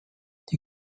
die